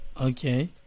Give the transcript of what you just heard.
Okay